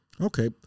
Okay